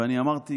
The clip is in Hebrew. ואני אמרתי